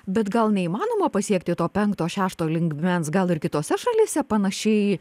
bet gal neįmanoma pasiekti to penkto šešto lygmens gal ir kitose šalyse panašiai